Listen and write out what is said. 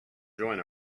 join